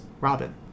Robin